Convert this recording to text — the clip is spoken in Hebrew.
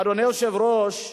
אדוני היושב-ראש,